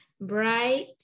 Bright